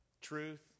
truth